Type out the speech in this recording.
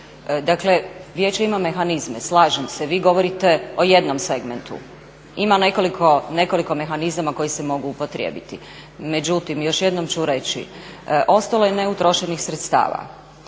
dakle vijeće ima mehanizme, slažem se, vi govorite o jednom segmentu. Ima nekoliko mehanizama koji se mogu upotrijebiti. Međutim još jednom ću reći, ostalo je neutrošenih sredstava,